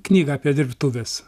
knygą apie dirbtuves